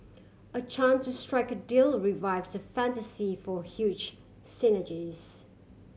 a chance to strike a deal revives the fantasy for huge synergies